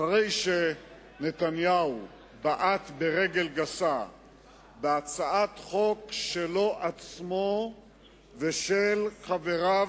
אחרי שנתניהו בעט ברגל גסה בהצעת חוק שלו עצמו ושל חבריו,